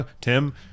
Tim